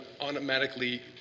automatically